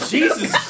Jesus